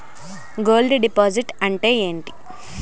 Gold deposit అంతే ఎంటి?